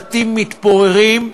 בתים מתפוררים,